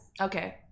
Okay